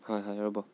হয় হয় ৰ'ব